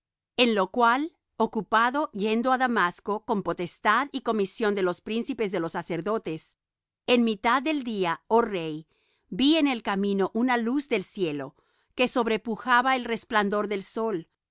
en lo cual ocupado yendo á damasco con potestad y comisión de los príncipes de los sacerdotes en mitad del día oh rey vi en el camino una luz del cielo que sobrepujaba el resplandor del sol la